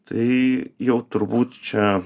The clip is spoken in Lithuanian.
tai jau turbūt čia